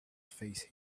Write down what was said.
face